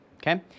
Okay